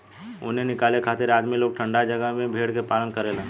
ऊन निकाले खातिर आदमी लोग ठंडा जगह में भेड़ के पालन करेलन